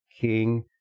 king